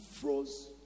froze